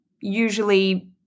usually